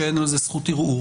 שאין על זה זכות ערעור,